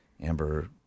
Amber